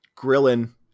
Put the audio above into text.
Grilling